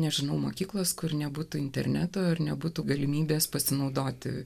nežinau mokyklos kur nebūtų interneto ir nebūtų galimybės pasinaudoti